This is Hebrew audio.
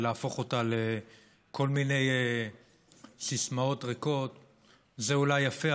ולהפוך אותה לכל מיני סיסמאות ריקות, זה אולי יפה,